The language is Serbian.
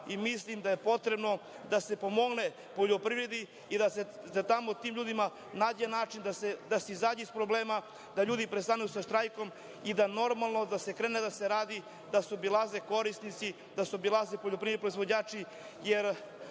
i mislim da je potrebno da se pomogne poljoprivredi i da se tamo tim ljudima nađe način da se izađe iz problema, da ljudi prestanu sa štrajkom i da krene normalno da se radi, da se obilaze korisnici, da se obilaze poljoprivredni proizvođači. Moramo